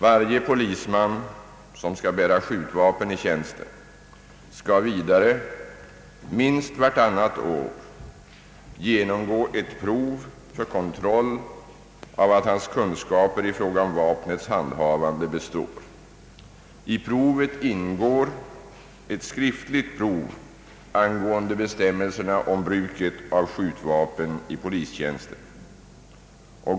Varje polisman som skall bära skjutvapen i tjänsten skall vidare minst vartannat år genomgå ett prov för kontroll av att hans kunskaper i fråga om vapnets handhavande består. I provet ingår ett skriftligt prov angående bestämmelserna om bruket av skjutvapen i polistjänsten.